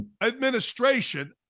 administration